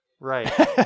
right